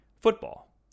football